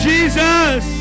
Jesus